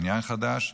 בניין חדש,